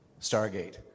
Stargate